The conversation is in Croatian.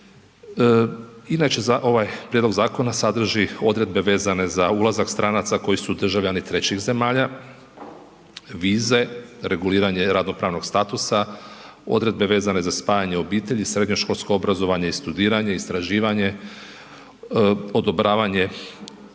Inače ovaj prijedlog zakona sadrži odredbe vezane za ulazak stranaca koji su državljani trećih zemalja, vize, reguliranje radno-pravnog statusa, odredbe vezane za spajanje obitelji, srednjoškolsko obrazovanje i studiranje, istraživanje, odobravanje